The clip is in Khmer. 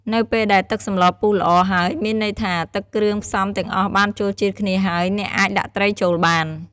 នៅពេលដែល ទឹកសម្លពុះល្អ ហើយ មានន័យថាទឹកគ្រឿងផ្សំទាំងអស់បានចូលជាតិគ្នាហើយ អ្នកអាច ដាក់ត្រីចូលបាន។